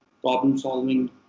problem-solving